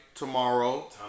Tomorrow